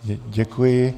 Děkuji.